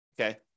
Okay